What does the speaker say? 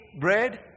bread